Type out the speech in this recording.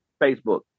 Facebook